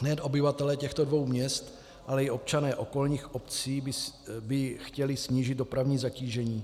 Nejen obyvatelé těchto dvou měst, ale i občané okolních obcí by chtěli snížit dopravní zatížení.